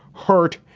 hurt,